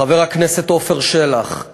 חבר הכנסת עפר שלח,